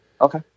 Okay